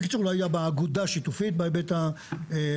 בקיצור, לא היה בה אגודה שיתופית בהיבט המשפטי.